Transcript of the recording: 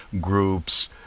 groups